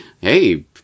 hey